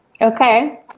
Okay